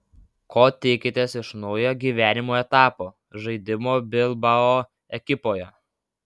ko tikitės iš naujo gyvenimo etapo žaidimo bilbao ekipoje